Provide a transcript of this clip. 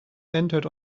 entered